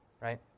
Right